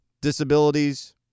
disabilities